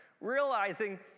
realizing